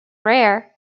rare